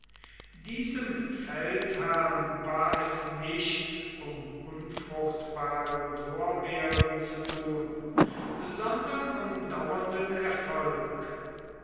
diesem feldherrn war es nicht um unfruchtbare lorbeeren zu tun sondern um dauernden erfolg